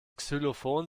xylophon